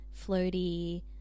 floaty